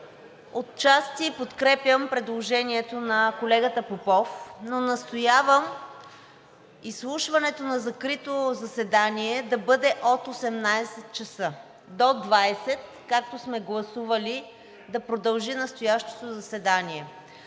отчасти подкрепям предложението на колегата Попов, но настоявам изслушването на закрито заседание да бъде от 18,00 ч. до 20,00 ч., както сме гласували да продължи настоящото заседание.